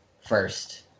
first